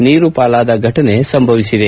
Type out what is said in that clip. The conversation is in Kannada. ನೀರು ಪಾಲಾದ ಫಟನೆ ಸಂಭವಿಸಿದೆ